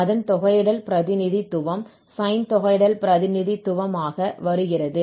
அதன் தொகையிடல் பிரதிநிதித்துவம் Sine தொகையிடல் பிரதிநிதித்துவமாக வருகிறது